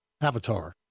Avatar